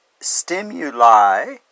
stimuli